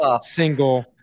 single